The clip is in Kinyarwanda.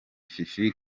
fifi